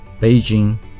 Beijing